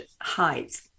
height